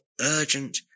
urgent